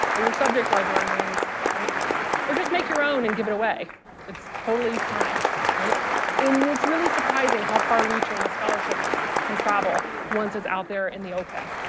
or your subject librarians right or just make your own and give it away it's totally fine right and it's really surprising how far-reaching the scholarship can travel once it's out there in the open.